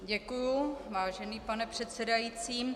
Děkuju, vážený pane předsedající.